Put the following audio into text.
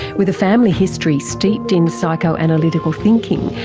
with a family history steeped in psychoanalytical thinking,